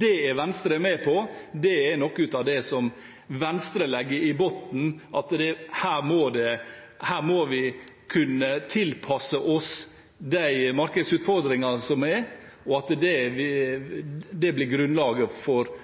Det er Venstre med på, det er noe av det som Venstre legger i bunnen, at her må vi kunne tilpasse oss de markedsutfordringene som er, og at det blir grunnlaget for